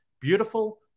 beautiful